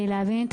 מתוך הטבלה.